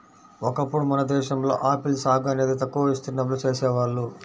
ఒకప్పుడు మన దేశంలో ఆపిల్ సాగు అనేది తక్కువ విస్తీర్ణంలో చేసేవాళ్ళు